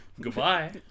goodbye